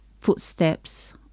footsteps